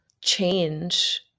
change